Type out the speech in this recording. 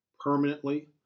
permanently